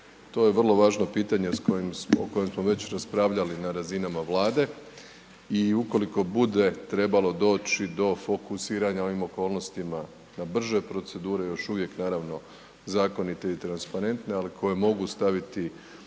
To je vrlo važno pitanje s kojim smo, o kojem smo već raspravljali na razinama Vlade i ukoliko bude trebalo doći do fokusiranja u ovim okolnostima na brže procedure, još uvijek naravno zakonite i transparentne, ali koje mogu staviti na